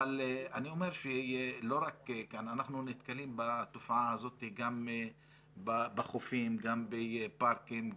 אנחנו נתקלים בתופעה הזאת גם בחופים, גם בפארקים.